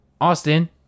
Austin